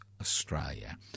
Australia